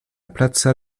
plaza